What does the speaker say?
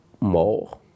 more